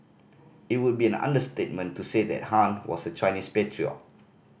it would be an understatement to say that Han was a Chinese patriot